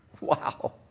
wow